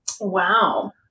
Wow